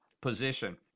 position